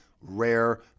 rare